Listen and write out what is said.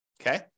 okay